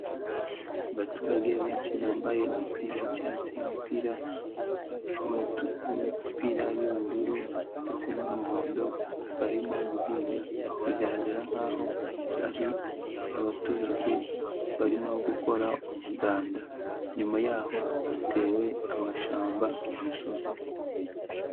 Abaturage benshi bambaye imipira y'icyatsi, imipira y'umutuku, imipira y'ubururu ndetse n'umuhondo, barimo guhinga bigaragara nkaho ari abaturage barimo gukora umuganda. Inyuma yaho hatewe amashyamba ku musozi.